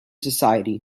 society